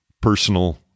personal